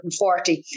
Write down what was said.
140